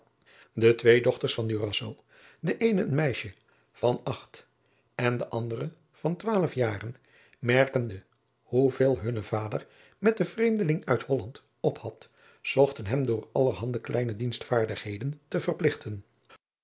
de twee dochters van durazzo de eene een meisje van acht en de andere van twaalf jaren merkende hoeveel hunne vader met den vreemdeling uit holland op had zochten hem door allerhande kleine dienstvaardigheden te verpligten